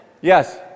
yes